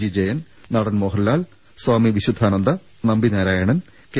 G Jayan നടൻ Mohanlal Swami Vishuddhananda Nambi Narayanan K